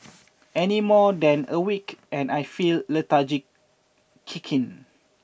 any more than a week and I feel lethargy kick in